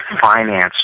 finance